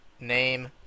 Name